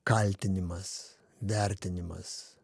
kaltinimas vertinimas